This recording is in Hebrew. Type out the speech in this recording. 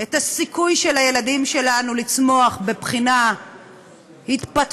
את הסיכוי של הילדים שלנו לצמוח מבחינה התפתחותית,